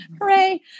Hooray